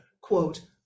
quote